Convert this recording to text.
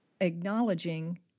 acknowledging